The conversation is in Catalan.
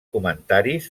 comentaris